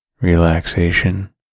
relaxation